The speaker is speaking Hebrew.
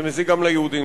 זה מזיק גם ליהודים,